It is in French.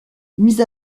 mis